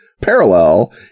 parallel